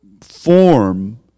form